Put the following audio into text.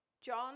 John